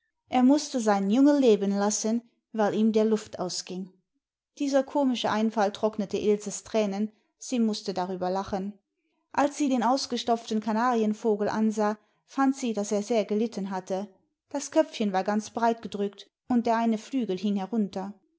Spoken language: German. er mußte sein junge leben lassen weil ihm der luft ausging dieser komische einfall trocknete ilses thränen sie mußte darüber lachen als sie den ausgestopften kanarienvogel ansah fand sie daß er sehr gelitten hatte das köpfchen war ganz breit gedrückt und der eine flügel hing herunter